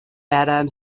adam